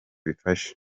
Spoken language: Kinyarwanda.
bifashe